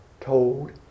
told